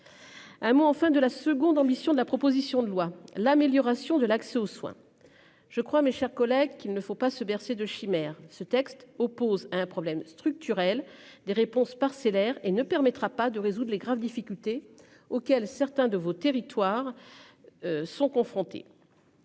Un mot en fin de la seconde ambition de la proposition de loi, l'amélioration de l'accès aux soins. Je crois, mes chers collègues, qu'il ne faut pas se bercer de chimères ce texte oppose à un problème structurel des réponses parcellaires et ne permettra pas de résoudre les graves difficultés auxquelles certains de vos territoires. Sont confrontés.